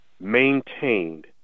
maintained